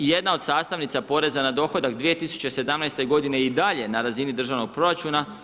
Jedna od sastavnica Poreza na dohodak 2017. godine je i dalje na razini državnog proračuna.